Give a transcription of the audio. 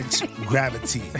gravity